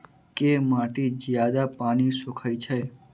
केँ माटि जियादा पानि सोखय छै?